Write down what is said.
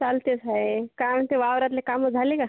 चालतेच आहे काय म्हणता वावरातली कामं झाली का